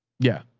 yeah.